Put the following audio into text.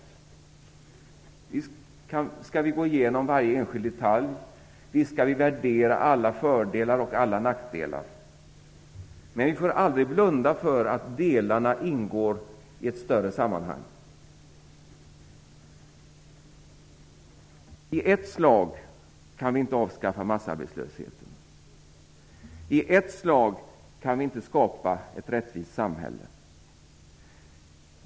Visst skall vi gå igenom varje enskild detalj, visst skall vi värdera alla fördelar och alla nackdelar, men vi får aldrig blunda för att delarna ingår i ett större sammanhang. I ett slag kan vi inte avskaffa massarbetslösheten, i ett slag kan vi inte skapa ett rättvist samhälle.